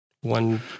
one